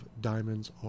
Diamonds